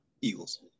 eagles